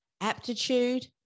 Aptitude